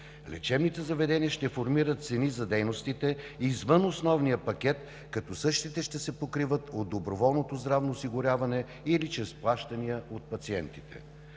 Лечебните заведения ще формират цени за дейностите извън основния пакет, като същите ще се покриват от доброволното здравно осигуряване или чрез плащания от пациентите.